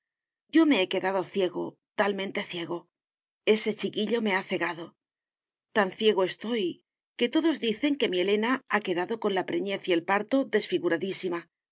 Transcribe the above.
yo me he quedado ciego talmente ciego ese chiquillo me ha cegado tan ciego estoy que todos dicen que mi elena ha quedado con la preñez y el parto